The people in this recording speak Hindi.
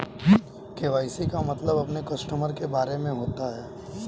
के.वाई.सी का मतलब अपने कस्टमर के बारे में होता है